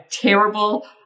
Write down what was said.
terrible